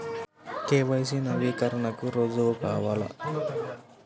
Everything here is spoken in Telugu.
కే.వై.సి నవీకరణకి రుజువు కావాలా?